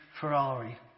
Ferrari